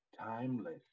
timeless